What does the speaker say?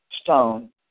stone